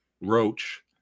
roach